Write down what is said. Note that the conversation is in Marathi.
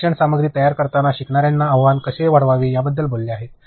ई शिक्षण सामग्री तयार करताना शिकणाऱ्यांसाठी आव्हान कसे वाढवायचे याबद्दल बोलल्या आहे